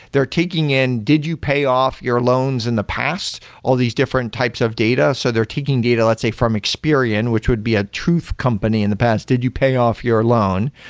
they're taking in, did you pay off your loans in the past? all these different types of data. so they're taking data, let's say, from experian, which would be a truth company in the past. did you pay off your loan?